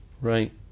Right